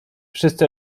wszyscy